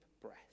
breath